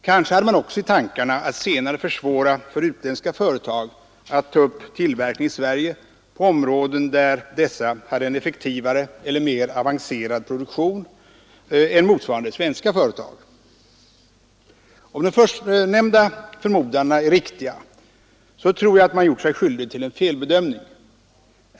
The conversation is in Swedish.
Kanske hade man också i tankarna att senare försvåra för utländska företag att ta upp tillverkning i Sverige på områden där dessa hade en effektivare eller mera avancerad produktion än motsvarande svenska företag. Om de förstnämnda förmodandena är riktiga tror jag att man gjort sig skyldig till en felbedömning.